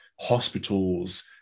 hospitals